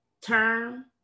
term